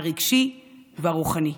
הרגשי והרוחני.